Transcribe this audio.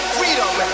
freedom